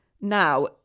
Now